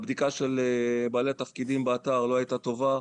הבדיקה של בעלי התפקידים באתר לא הייתה טובה,